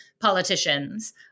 politicians